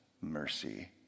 mercy